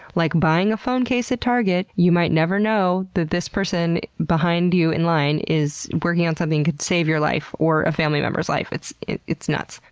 like, buying a phone case at target. you might never know that this person behind you in line is working on something that could save your life or a family member's life. it's it's nuts.